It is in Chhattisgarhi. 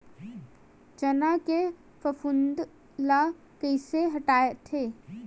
चना के फफूंद ल कइसे हटाथे?